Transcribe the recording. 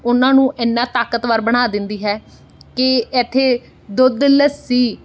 ਉਹਨਾਂ ਨੂੰ ਇੰਨਾ ਤਾਕਤਵਰ ਬਣਾ ਦਿੰਦੀ ਹੈ ਕਿ ਇੱਥੇ ਦੁੱਧ ਲੱਸੀ